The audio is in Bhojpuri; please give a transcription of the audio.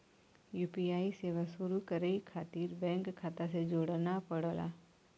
यू.पी.आई सेवा शुरू करे खातिर बैंक खाता से जोड़ना पड़ला